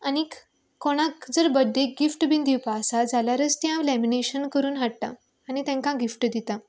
आनीक कोणाक जर बड्डेक गिफ्ट बीन दिवपा आसा जाल्यारच ती हांव लॅमिनेशन करून हाडटां आनी तेंकां गिफ्ट दिता